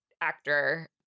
actor